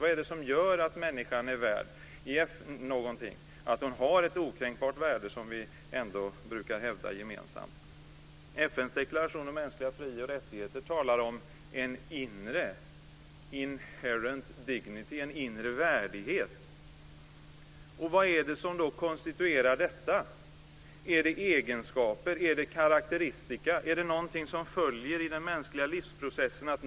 Vad är det som gör att människan har ett okränkbart värde, som vi ändå brukar hävda gemensamt. FN:s deklaration om mänskliga fri och rättigheter talar om en inre inherent dignity, en inre värdighet. Vad är det som konstituerar detta? Är det egenskaper? Är det karakteristika? Är det någonting som följer i den mänskliga livsprocessen?